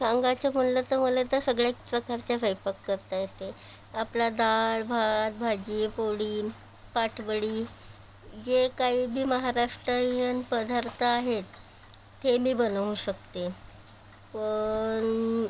सांगायचं म्हटलं तर मला तर सगळ्याच प्रकारचा स्वैंपाक करता येते आपला डाळ भात भाजी पोळी पाटवडी जे काहीबी महाराष्ट्रलियन पदार्थ आहे ते मी बनवू शकते पण